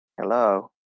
Hello